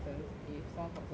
if someone sponsors me